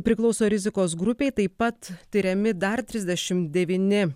priklauso rizikos grupei taip pat tiriami dar trisdešimt devyni